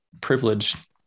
privileged